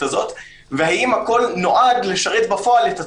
הזאת והאם הכול נועד לשרת בפועל את הציבור?